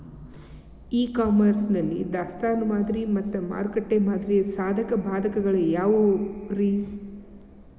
E commerce ನಲ್ಲಿ ದಾಸ್ತಾನು ಮಾದರಿ ಮತ್ತ ಮಾರುಕಟ್ಟೆ ಮಾದರಿಯ ಸಾಧಕ ಬಾಧಕಗಳ ಯಾವವುರೇ?